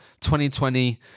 2020